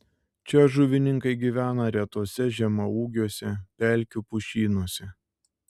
čia žuvininkai gyvena retuose žemaūgiuose pelkių pušynuose